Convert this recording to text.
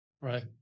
Right